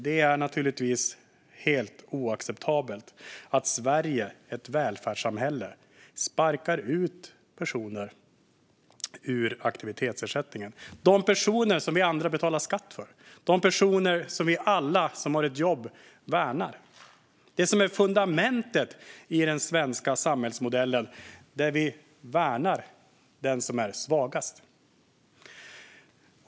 Det är naturligtvis helt oacceptabelt att Sverige, ett välfärdssamhälle, sparkar ut personer ur aktivitetsersättningen - de personer som vi andra betalar skatt för, de personer som vi alla som har ett jobb värnar. Det som är fundamentet i den svenska samhällsmodellen är ju att vi värnar den som är svagast.